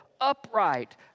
upright